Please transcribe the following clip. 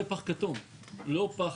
לא,